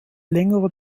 längerer